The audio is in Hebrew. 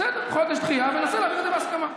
בסדר, חודש דחייה, וננסה להביא את זה בהסכמה.